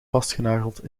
vastgenageld